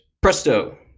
presto